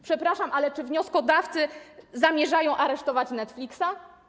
Przepraszam, czy wnioskodawcy zamierzają aresztować Netflix?